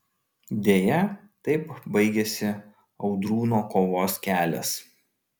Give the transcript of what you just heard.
deja taip baigėsi audrūno kovos kelias